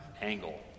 angle